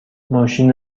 ماشین